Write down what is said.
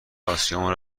آسیامون